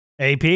AP